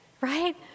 right